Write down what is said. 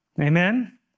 Amen